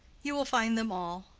you will find them all.